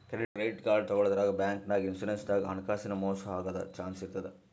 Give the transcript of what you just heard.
credit card ತಗೋಳಾದ್ರಾಗ್, ಬ್ಯಾಂಕ್ನಾಗ್, insurance ದಾಗ್ ಹಣಕಾಸಿನ್ ಮೋಸ್ ಆಗದ್ ಚಾನ್ಸ್ ಇರ್ತದ್